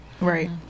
right